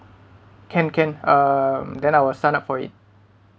can can um then I'll sign up for it